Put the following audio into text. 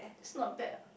it's not bad